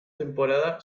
temporada